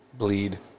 bleed